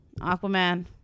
Aquaman